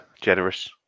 Generous